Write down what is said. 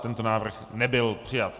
Tento návrh nebyl přijat.